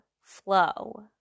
flow